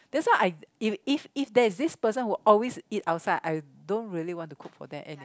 that's why I if if if there is this person who always eat outside I don't really want to cook for them